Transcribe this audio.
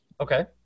Okay